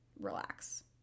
relax